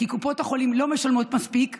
כי קופות החולים לא משלמות מספיק,